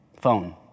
Phone